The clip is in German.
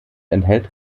enthält